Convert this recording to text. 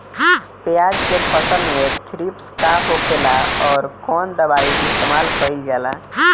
प्याज के फसल में थ्रिप्स का होखेला और कउन दवाई इस्तेमाल कईल जाला?